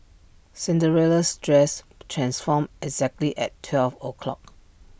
Cinderellas dress transformed exactly at twelve o' clock